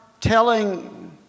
telling